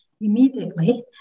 immediately